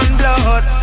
blood